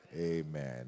Amen